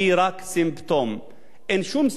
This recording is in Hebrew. אין שום ספק, אין שום ספק שאנשים,